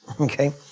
Okay